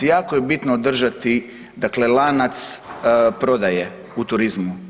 Jako je bitno održati , dakle lanac prodaje u turizmu.